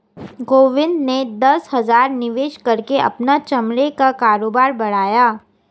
गोविंद ने दस हजार निवेश करके अपना चमड़े का कारोबार बढ़ाया